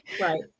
Right